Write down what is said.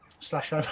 slash